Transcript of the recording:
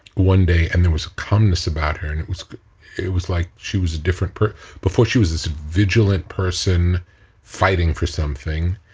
one day and there was a calmness about her, and it was it was like she was a different, before, she was this vigilant person fighting for something.